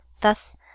Thus